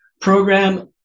program